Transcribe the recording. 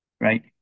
right